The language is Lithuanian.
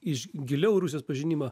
iš giliau rusijos pažinimą